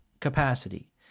capacity